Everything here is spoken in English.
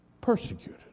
persecuted